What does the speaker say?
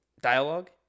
Dialogue